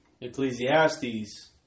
Ecclesiastes